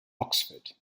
oxford